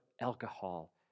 alcohol